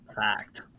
Fact